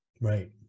right